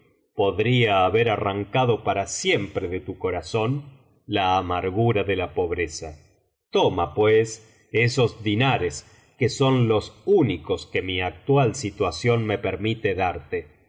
podría haber arrancado para siempre de tu corazón la amargura de la pobreza toma pues esos dinares que son los únicos que mi actual situación me permite darte y